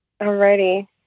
Alrighty